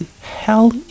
hell